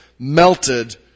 melted